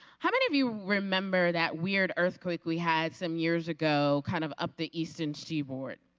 how many of you remember that weird earthquake we had some years ago, kind of up the eastern sea board?